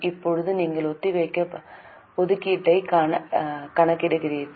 இப்போது நீங்கள் ஒதுக்கீட்டைக் கணக்கிடுகிறீர்கள்